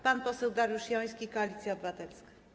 Pan poseł Dariusz Joński, Koalicja Obywatelska.